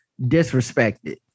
disrespected